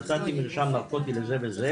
נתתי מרשם נרקוטי לזה וזה,